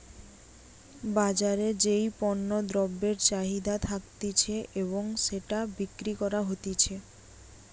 বাজারে যেই পণ্য দ্রব্যের চাহিদা থাকতিছে এবং সেটা বিক্রি করা হতিছে